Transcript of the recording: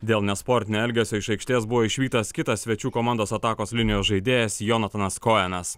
dėl nesportinio elgesio iš aikštės buvo išvytas kitas svečių komandos atakos linijos žaidėjas jonatanas kojenas